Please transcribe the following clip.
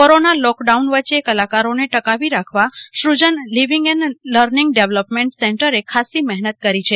corona lockdown વચ્ચે કલાકારો ને ટકાવી રાખવા Shrujan living and learning development સેન્ટરે ખાસ્સી મહેનત કરી છે